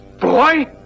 Boy